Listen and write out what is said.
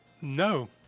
No